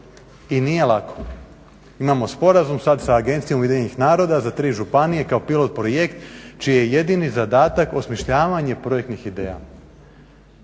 I nije lako. Imamo sporazum sada sa Agencijom UN za tri županije kao pilot projekt čiji je jedini zadatak osmišljavanje projektnih ideja